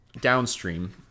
downstream